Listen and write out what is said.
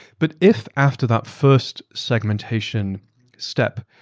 but if after that first segmentation step,